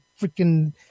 freaking